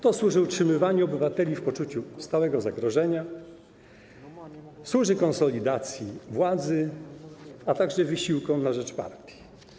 To służy utrzymywaniu obywateli w poczuciu stałego zagrożenia, służy konsolidacji władzy, a także wysiłkom na rzecz partii.